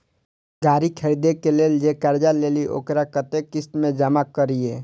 गाड़ी खरदे के लेल जे कर्जा लेलिए वकरा कतेक किस्त में जमा करिए?